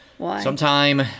Sometime